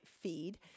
feed